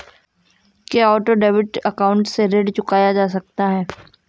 क्या auto debit account से ऋण चुकाया जा सकता है?